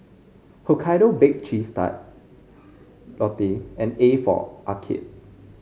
Hokkaido Baked Cheese Tart Lotte and A for Arcade